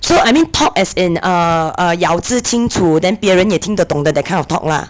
so I mean talk as in err err 咬字清楚 then 别人也听得懂 that kind of talk lah